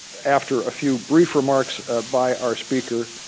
after a few brief remarks by our speaker,